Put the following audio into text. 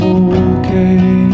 okay